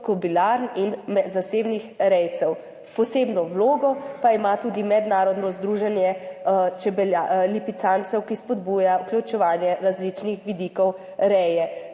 kobilarn in zasebnih rejcev. Posebno vlogo pa ima tudi mednarodno združenje lipicancev, ki spodbuja vključevanje različnih vidikov reje.